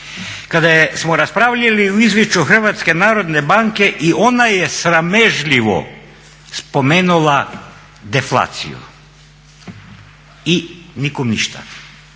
Kada smo raspravljali o Izvješću HNB-a i ona je sramežljivo spomenula deflaciju. I nikom ništa.